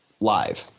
live